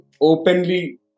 openly